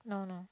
no no